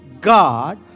God